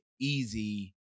easy